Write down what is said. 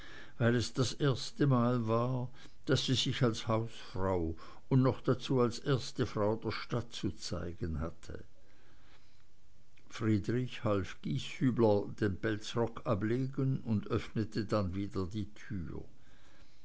weil es das erste mal war daß sie sich als hausfrau und noch dazu als erste frau der stadt zu zeigen hatte friedrich half gieshübler den pelzrock ablegen und öffnete dann wieder die tür